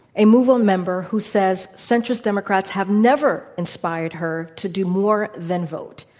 a moveon member who says centrist democrats have never inspired her to do more than vote.